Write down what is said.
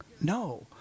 No